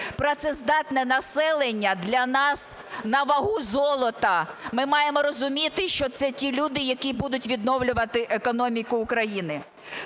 Працездатне населення для нас навагу золота. Ми маємо розуміти, що це ті люди, які будуть відновлювати економіку України.